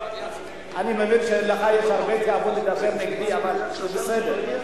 אני מבין שלך יש הרבה התלהבות לדבר נגדי אבל זה בסדר.